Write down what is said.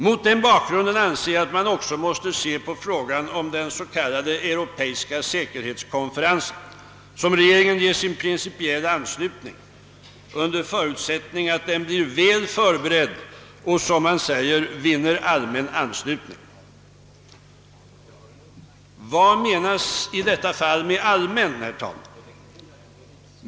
Mot den bakgrunden anser jag att man också måste se frågan om den s.k. europeiska säkerhetskonferensen, som regeringen ger sin principiella anslutning under förutsättning att den blir väl förberedd och — som man säger — vinner allmän anslutning. Vad menas i detta fall med allmän?